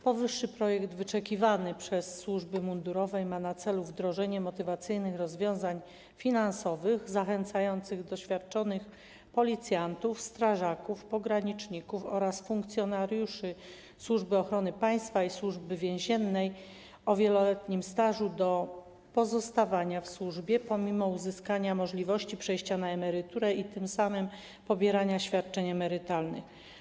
Powyższy projekt, wyczekiwany przez służby mundurowe, ma na celu wdrożenie motywacyjnych rozwiązań finansowych zachęcających doświadczonych policjantów, strażaków, pograniczników oraz funkcjonariuszy Służby Ochrony Państwa i Służby Więziennej o wieloletnim stażu do pozostania w służbie pomimo uzyskania możliwości przejścia na emeryturę i tym samym pobierania świadczeń emerytalnych.